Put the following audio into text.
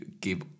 give